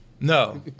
No